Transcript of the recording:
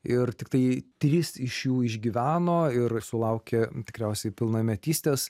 ir tiktai trys iš jų išgyveno ir sulaukė tikriausiai pilnametystės